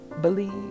Believe